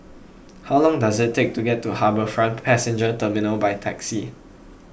how long does it take to get to HarbourFront Passenger Terminal by taxi